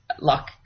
Luck